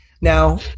Now